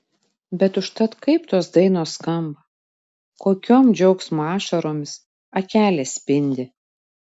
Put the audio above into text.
bet užtat kaip tos dainos skamba kokiom džiaugsmo ašaromis akelės spindi